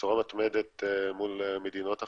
בצורה מתמדת מול מדינות אחרות.